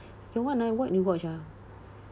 your [one] ah what you watched ah